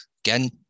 Again